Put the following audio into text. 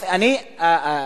נשמע אותם.